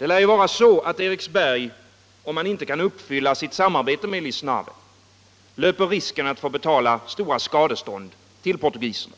Det lär vara så att Eriksberg, om man inte kan uppfylla sitt samarbete med Lisnave, löper risken att få betala stora skadestånd till portugiserna.